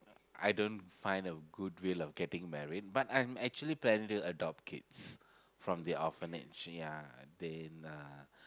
I don't find a good will of getting married but I'm actually planning to adopt kids from the orphanage ya then uh